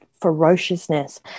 ferociousness